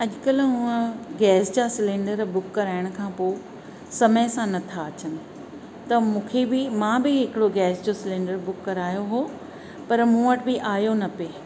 अॼुकल्ह हूंअं गैस जा सिलेंडर बुक कराइण खां पोइ समय सां नथा अचनि त मूंखे बि मां बि हिकिड़ो गैस जो सिलेंडर बुक करायो हुओ पर मूं वटि बि आहियो न पे